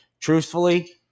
truthfully